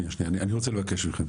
אני רוצה לבקש מכם.